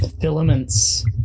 filaments